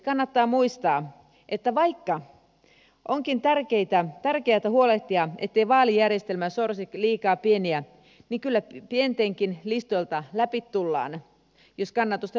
kannattaa muistaa että vaikka onkin tärkeätä huolehtia ettei vaalijärjestelmä sorsi liikaa pieniä niin kyllä pientenkin listoilta läpi tullaan jos kannatusta löytyy